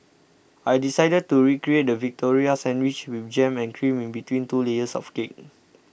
I decided to recreate the Victoria Sandwich with jam and cream in between two layers of cake